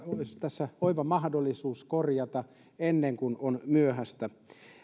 tässä oiva mahdollisuus korjata ennen kuin on myöhäistä